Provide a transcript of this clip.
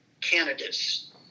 candidates